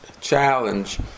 challenge